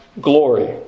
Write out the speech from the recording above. glory